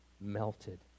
melted